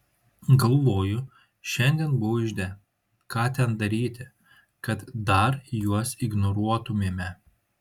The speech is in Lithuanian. galvoju šiandien buvau ižde ką ten daryti kad dar juos ignoruotumėme